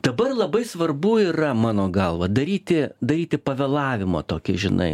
dabar labai svarbu yra mano galva daryti daryti pavėlavimą tokį žinai